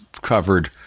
covered